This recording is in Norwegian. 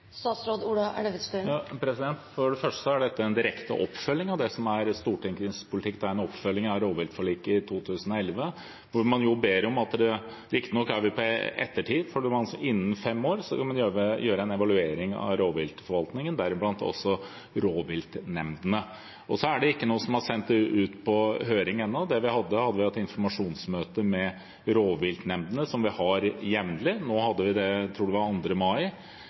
For det første er dette en direkte oppfølging av det som er Stortingets politikk. Det er en oppfølging av rovviltforliket i 2011– riktignok er vi på etterskudd, men innen fem år skulle man altså gjøre en evaluering av rovviltforvaltningen, deriblant også rovviltnemndene. Så er det ikke noe som er sendt ut på høring ennå. Det vi har hatt, er et informasjonsmøte med rovviltnemndene, som vi har jevnlig. Nå hadde vi det – jeg tror det var 2. mai